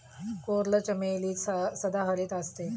coral चमेली सदाहरित असते